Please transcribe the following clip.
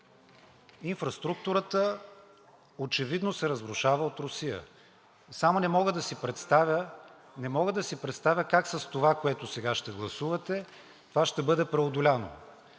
Инфраструктурата очевидно се разрушава от Русия. Само не мога да си представя как с това, което сега ще гласувате, това ще бъде преодоляно.